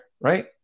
right